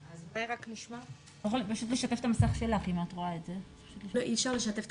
אם זה בשילוב של תכנים כאשר הם פוגשים ילדים שעברו תהליך של